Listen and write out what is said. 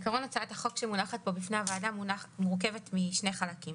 בעיקרון הצעת החוק שמונחת פה בפני הוועדה מורכבת משני חלקים.